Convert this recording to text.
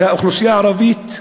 כאוכלוסייה הערבית,